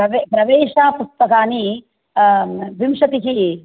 प्रवे प्रवेशपुस्तकानि विंशतिः